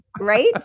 right